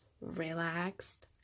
relaxed